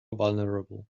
vulnerable